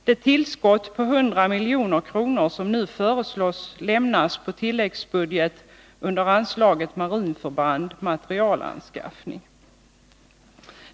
Det tillskott på 100 milj.kr. som nu föreslås lämnas på tilläggsbudget under anslaget Marinförband: Materielanskaffning.